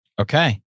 Okay